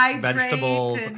vegetables